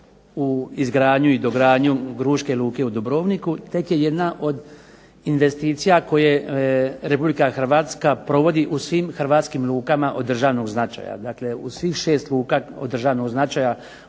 u izgradnju i dogradnju Gruške luke u Dubrovniku tek je jedna od investicija koje Republika Hrvatska provodi u svim hrvatskim lukama od državnog značaja, dakle u svih 6 luka od državnog značaja